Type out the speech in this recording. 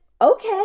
okay